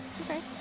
Okay